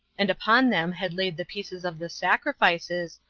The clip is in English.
and upon them had laid the pieces of the sacrifices,